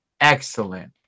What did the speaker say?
excellent